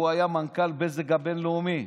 הוא היה מנכ"ל בזק בינלאומי,